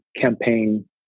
campaign